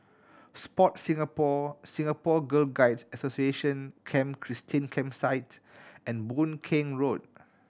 Sport Singapore Singapore Girl Guides Association Camp Christine Campsite and Boon Keng Road